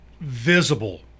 visible